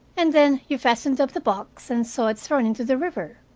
and then you fastened up the box and saw it thrown into the river.